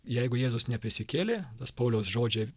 jeigu jėzus neprisikėlė tas pauliaus žodžiai